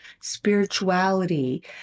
spirituality